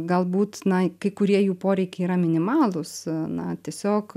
galbūt na kai kurie jų poreikiai yra minimalūs na tiesiog